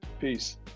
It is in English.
Peace